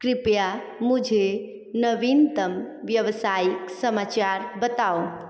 कृपया मुझे नवीनतम व्यवसायिक समाचार बताओ